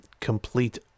complete